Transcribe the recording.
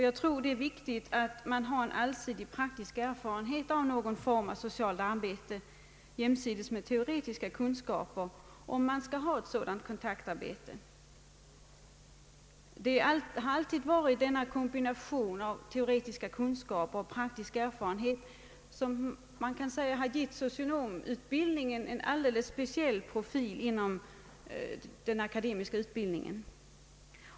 Jag tror det är viktigt att ha en allsidig och praktisk erfarenhet av någon form av socialt arbete jämsides med teoretiska kunskaper för att gå i land med sådant kontaktarbete. Det har alltid varit denna kombination av teoretiska studier och praktisk erfarenhet som givit socionomutbildningen en alldeles speciell profil inom den akademiska utbildningen.